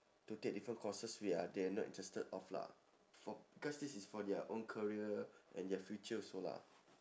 to take different courses we are they are not interested of lah for because this is for their own career and their future also lah